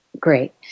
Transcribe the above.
great